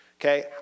Okay